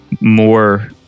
more